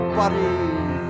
bodies